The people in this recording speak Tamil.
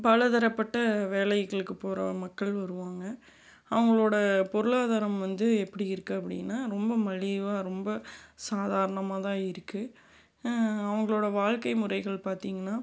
பலதரப்பட்ட வேலைகளுக்குப் போகிற மக்கள் வருவாங்க அவங்களோடய பொருளாதாரம் வந்து எப்படி இருக்குது அப்படினா ரொம்ப மலிவாக ரொம்ப சாதாரணமாக தான் இருக்குது அவங்களோடய வாழ்க்கை முறைகள் பார்த்தீங்கனா